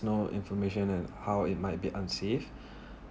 no information and how it might be unsafe